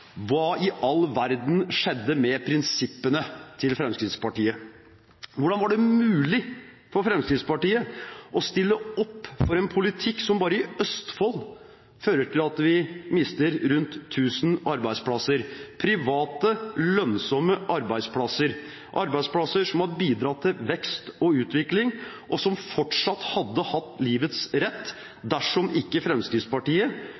Hva i all verden skjedde med prinsippene til Fremskrittspartiet? Hvordan var det mulig for Fremskrittspartiet å stille opp for en politikk som bare i Østfold fører til at vi mister rundt tusen arbeidsplasser? Det er private, lønnsomme arbeidsplasser som har bidratt til vekst og utvikling, og som fortsatt hadde hatt livets rett dersom ikke Fremskrittspartiet,